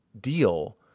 deal